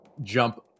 jump